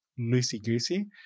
loosey-goosey